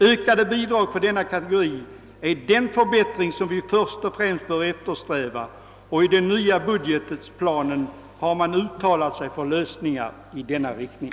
Ökade bidrag för denna kategori är den förbättring som vi först och främst bör eftersträva, och i den nya budgetplanen har man uttalat sig för lösningar i denna riktning.